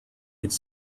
could